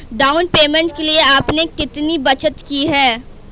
Down payment के लिए आपने कितनी बचत की है?